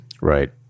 Right